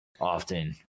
often